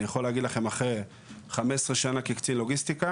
אני יכול להגיד לכם אחרי 15 שנה כקצין לוגיסטיקה